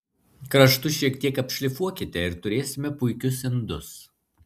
kraštus šiek tiek apšlifuokite ir turėsime puikius indus